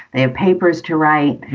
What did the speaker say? they have papers to write.